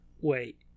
wait